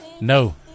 No